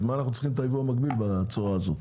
אז למה אנחנו צריכים את היבוא המקביל בצורה הזאת?